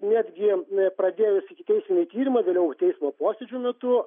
netgi pradėjus ikiteisminį tyrimą vėliau teismo posėdžio metu